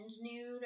nude